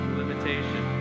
limitation